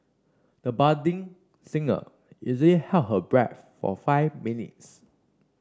the budding singer easily held her breath for five minutes